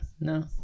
No